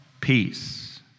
peace